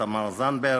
תמר זנדברג,